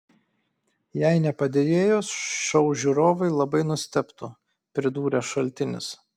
jei ne padėjėjos šou žiūrovai labai nustebtų pridūrė šaltinis